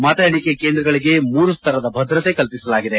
ಮತ ಎಣಿಕೆ ಕೇಂದ್ರಗಳಿಗೆ ಮೂರು ಸ್ತರದ ಭದ್ರತೆ ಕಲ್ಪಿಸಲಾಗಿದೆ